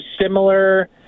similar –